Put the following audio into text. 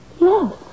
Yes